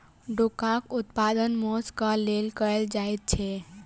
डोकाक उत्पादन मौंस क लेल कयल जाइत छै